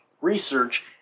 research